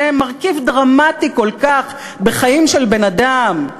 זה מרכיב דרמטי כל כך בחיים של בן-אדם.